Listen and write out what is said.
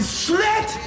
slit